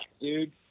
dude